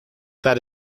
that